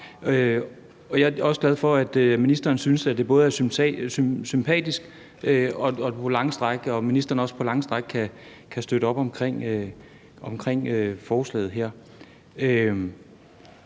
Jeg er også glad for, at ministeren synes, at det er sympatisk, og at ministeren på lange stræk kan støtte op omkring det her